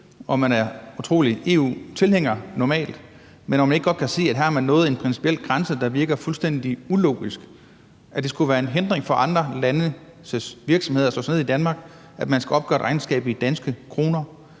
normalt en utrolig stor EU-tilhænger. Men kan man ikke godt se, at man her har nået en principiel grænse, hvor det virker fuldstændig ulogisk, altså at det skulle være en hindring for andre landes virksomheder at slå sig ned i Danmark, at de skal opgøre et regnskab i danske kroner,